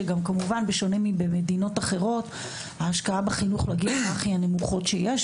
וכמובן בשונה ממדינות אחרות ההשקעה בחינוך לגיל הרך היא מהנמוכות שיש,